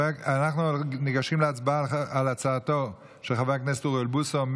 אנחנו ניגשים להצבעה על הצעתו של חבר הכנסת אוריאל בוסו.